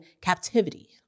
captivity